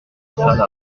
salle